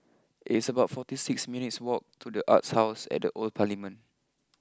it's about forty six minutes walk to the Arts house at the Old Parliament